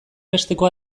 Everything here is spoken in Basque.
besteko